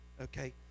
Okay